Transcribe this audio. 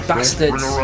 Bastards